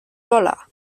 dollar